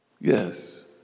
yes